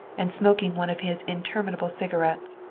and smoking one of his interminable cigarettes.